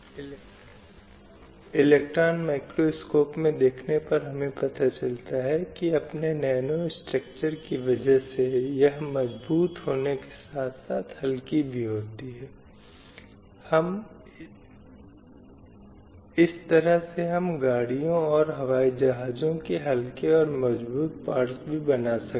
इसलिए United Nation द्वारा निर्धारित कुछ मुद्दों में से कुछ में महिलाओं के अनुकूल सार्वजनिक सेवाओं का विस्तार करना शामिल है अब इसका मतलब है कि महिलाओं और लड़कियों के शिक्षा और स्वास्थ्य और भोजन के अधिकारों को पूरा करना